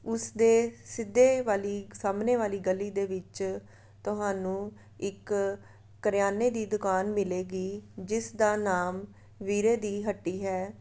ਉਸ ਦੇ ਸਿੱਧੇ ਵਾਲੀ ਸਾਹਮਣੇ ਵਾਲੀ ਗਲੀ ਦੇ ਵਿੱਚ ਤੁਹਾਨੂੰ ਇੱਕ ਕਰਿਆਨੇ ਦੀ ਦੁਕਾਨ ਮਿਲੇਗੀ ਜਿਸ ਦਾ ਨਾਮ ਵੀਰੇ ਦੀ ਹੱਟੀ ਹੈ